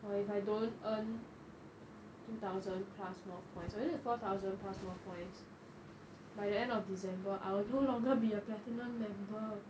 well if I don't earn two thousand plus more points or is it four thousand plus more points by the end of december I will no longer be a platinum member